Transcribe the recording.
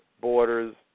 borders